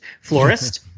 florist